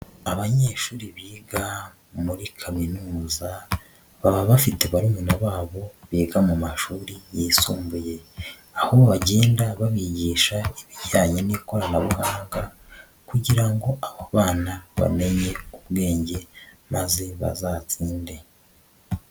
Abanyeshuri biga muri Kaminuza, baba bafite barumuna babo biga mu mashuri yisumbuye. Aho bagenda babigisha ibijyanye n'ikoranabuhanga kugira ngo abo bana bamenye ubwenge maze bazatsinde.